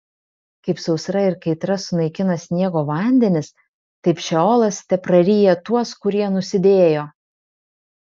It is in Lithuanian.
kaip sausra ir kaitra sunaikina sniego vandenis taip šeolas tepraryja tuos kurie nusidėjo